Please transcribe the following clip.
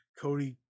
Cody